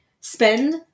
spend